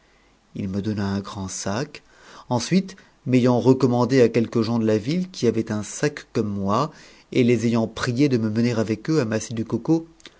ensuite ayant recommandé à quelques gens de la ville qui avaient un sac comme oi et les ayant priés de me mener avec eux amasser du coco